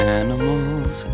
animals